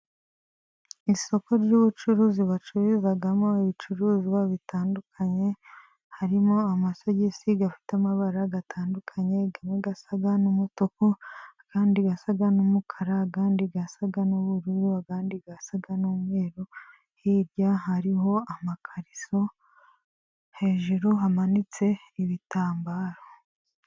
Isoko ry'ubucuruzi bacururizamo ibicuruzwa bitandukanye, harimo amasogisi afite amabara atandukanye, amwe asa n'umutuku, andi asa n'umukara, andi asa n'ubururu, ayandi asa n'umweru, hirya hariho amakariso hejuru hamanitse ibitambaro.